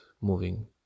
moving